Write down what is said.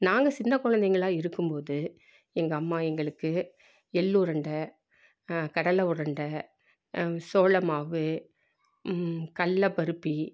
நாங்கள் சின்ன குழந்தைங்களா இருக்கும்போது எங்கள் அம்மா எங்களுக்கு எள் உருண்டை கடலை உருண்ட சோளமாவு கடல பர்ப்பி